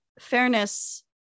fairness